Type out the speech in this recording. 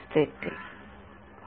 विद्यार्थी एक गोष्ट कोणती